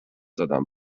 زدم